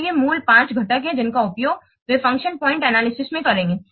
तो ये मूल पांच घटक हैं जिनका उपयोग वे फ़ंक्शन पॉइंट विश्लेषण में करेंगे